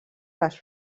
les